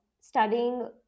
studying